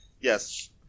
Yes